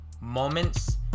moments